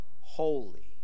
holy